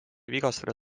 vigastada